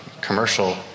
commercial